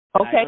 Okay